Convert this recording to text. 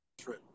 trip